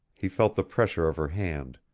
he felt the pressure of her hand.